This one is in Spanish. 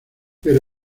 pero